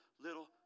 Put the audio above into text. little